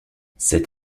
cet